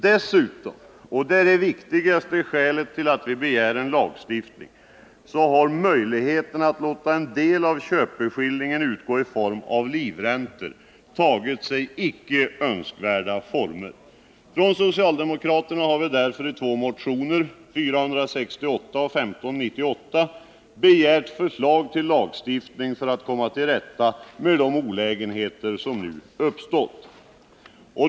Dessutom — och det är det viktigaste skälet till att vi begärt en lagstiftning — har möjligheten att låta en del av en köpeskilling utgå i form av livräntor tagit sig icke önskvärda former. Vi socialdemokrater har därför i två motioner — nr 468 och 1598 — begärt förslag till lagstiftning för att komma till rätta med de olägenheter som nu uppstått.